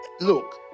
Look